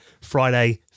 Friday